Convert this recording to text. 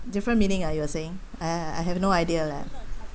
different meaning ah you were saying I I have no idea leh